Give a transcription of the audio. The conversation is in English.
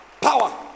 Power